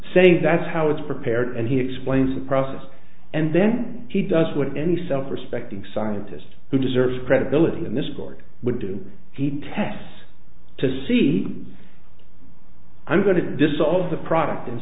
saying that's how it's prepared and he explains the process and then he does what any self respecting scientist who deserves credibility in this board would do the tests to see i'm going to dissolve the product and